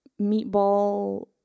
meatball